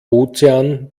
ozean